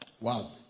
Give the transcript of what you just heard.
Wow